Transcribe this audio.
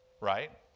right